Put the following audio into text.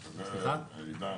עידן,